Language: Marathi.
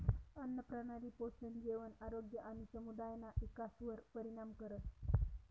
आन्नप्रणाली पोषण, जेवण, आरोग्य आणि समुदायना इकासवर परिणाम करस